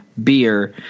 beer